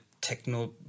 techno